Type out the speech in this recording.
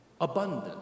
abundant